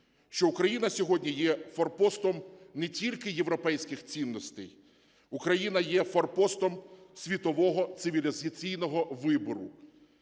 що Україна сьогодні є форпостом не тільки європейських цінностей, Україна є форпостом світового цивілізаційного вибору